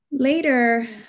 Later